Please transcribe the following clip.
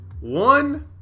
one